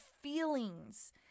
feelings